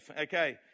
Okay